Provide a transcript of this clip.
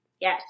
Yes